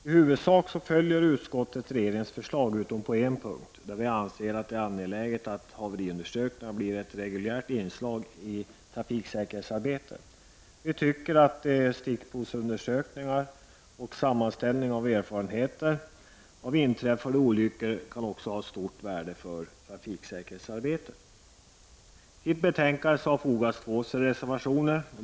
I huvudsak följer utskottet regeringens förslag, utom på en punkt där vi anser att det är angeläget att haveriundersökningar blir ett reguljärt inslag i trafiksäkerhetsarbetet. Vi tycker att stickprovsundersökningar och sammanställning av erfarenheter av inträffade olyckor kan ha ett stort värde för trafiksäkerhetsarbetet. Till betänkandet har fogats två reservationer.